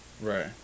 Right